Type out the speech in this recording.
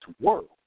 world